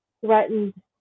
threatened